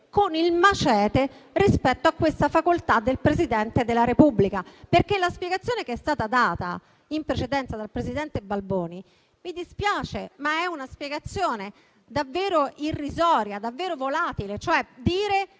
con il machete rispetto a questa facoltà del Presidente della Repubblica. La spiegazione che è stata data in precedenza dal presidente Balboni - mi dispiace - è davvero irrisoria, davvero volatile; dire